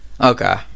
Okay